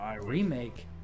remake